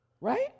Right